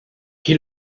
qui